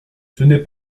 c’est